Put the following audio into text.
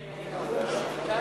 פברואר 2012,